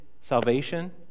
salvation